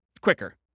quicker